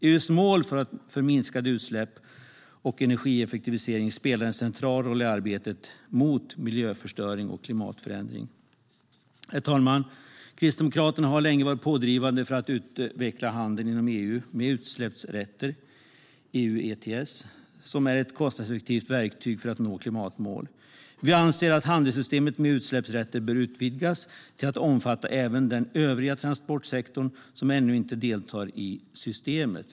EU:s mål för minskade utsläpp och energieffektivisering spelar en central roll i arbetet mot miljöförstöring och klimatförändring. Herr talman! Kristdemokraterna har länge varit pådrivande för att utveckla handeln med utsläppsrätter inom EU, EU ETS, som är ett kostnadseffektivt verktyg för att nå klimatmål. Vi anser att handelssystemet med utsläppsrätter bör utvidgas till att omfatta även den övriga transportsektorn som ännu inte deltar i systemet.